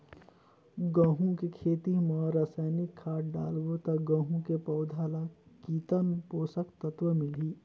गंहू के खेती मां रसायनिक खाद डालबो ता गंहू के पौधा ला कितन पोषक तत्व मिलही?